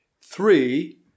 Three